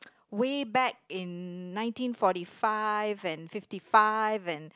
way back in nineteen forty five and fifty five and